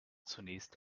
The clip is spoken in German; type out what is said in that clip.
zunächst